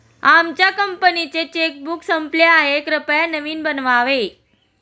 आमच्या कंपनीचे चेकबुक संपले आहे, कृपया नवीन बनवावे